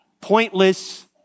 Pointless